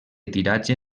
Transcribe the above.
tiratge